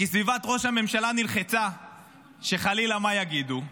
כי סביבת ראש הממשלה נלחצה שחלילה מה יגידו.